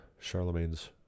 Charlemagne's